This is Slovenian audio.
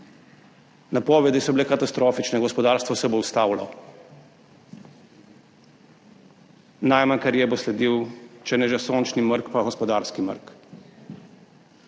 Napovedi so bile katastrofične, gospodarstvo se bo ustavilo, najmanj, kar je, bo sledil, če ne že sončni mrk, pa gospodarski mrk.